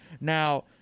Now